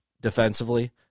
defensively